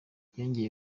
yongeye